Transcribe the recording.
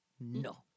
No